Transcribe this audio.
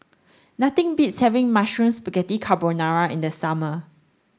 nothing beats having Mushroom Spaghetti Carbonara in the summer